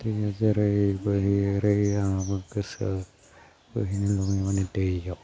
दैया जेरै बोहैयो एरै गोसो बोहैनो माने दैयाव